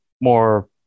more